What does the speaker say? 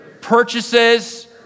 purchases